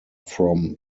from